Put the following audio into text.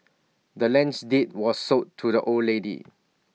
the land's deed was sold to the old lady